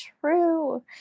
true